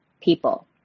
people